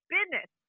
Business